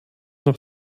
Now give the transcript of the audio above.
noch